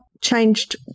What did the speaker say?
changed